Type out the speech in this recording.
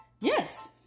Yes